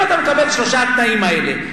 אם אתה מקבל את שלושת התנאים האלה,